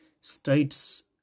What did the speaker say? States